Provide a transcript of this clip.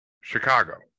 Chicago